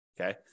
Okay